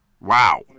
Wow